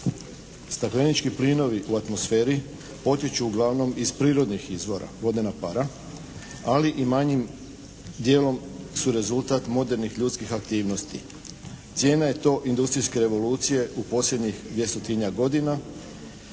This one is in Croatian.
Staklenički plinovi u atmosferi potječu uglavnom iz prirodnih izvora. Vodena para, ali i manjim dijelom su rezultat modernih ljudskih aktivnosti. Cijena je to industrijske revolucije u posljednjih 200-tinjak godina.